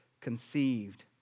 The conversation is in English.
conceived